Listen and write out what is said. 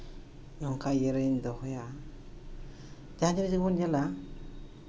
ᱚᱱᱠᱟ ᱤᱭᱟᱹ ᱨᱤᱧ ᱫᱚᱦᱚᱭᱟ ᱡᱟᱦᱟᱸ ᱜᱮ ᱡᱮᱢᱚᱱ ᱧᱮᱞᱟ